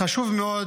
חשוב מאוד